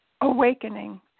Awakening